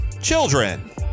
children